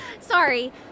Sorry